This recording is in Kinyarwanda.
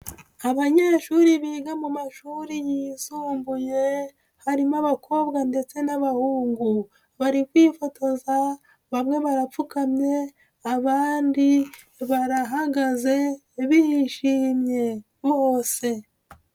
Abanyeshuri biga mu mashuri yisumbuye harimo abakobwa ndetse n'abahungu bari kwifotoza bamwe barapfukamye abandi barahagaze bishimye bose.